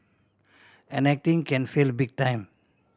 and acting can fail big time